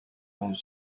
museum